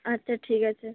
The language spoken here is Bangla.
আচ্চা ঠিক আছে